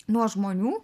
nuo žmonių